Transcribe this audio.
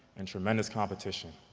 and tremendous competition.